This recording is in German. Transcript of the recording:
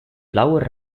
blauer